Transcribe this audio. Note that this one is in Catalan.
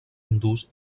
hindús